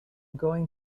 going